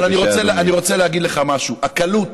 אבל אני רוצה להגיד לך משהו: הקלות